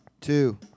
two